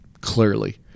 Clearly